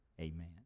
Amen